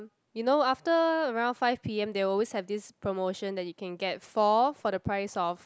you know after around five p_m they always have this promotion that you can get four for the price of